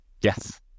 Yes